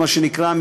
מה שנקרא,